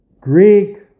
Greek